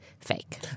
fake